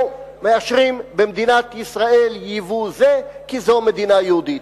לא מאשרים במדינת ישראל ייבוא זה כי זו מדינה יהודית.